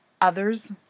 others